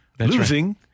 Losing